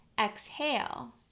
exhale